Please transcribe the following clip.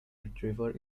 retriever